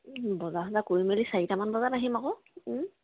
বজাৰ চজাৰ কৰি মেলি চাৰিটামান বজাত আহিম আকৌ